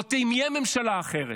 עוד תהיה ממשלה אחרת,